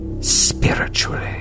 spiritually